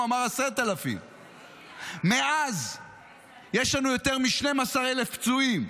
הוא אמר: 10,000. מאז יש לנו יותר מ-12,000 פצועים,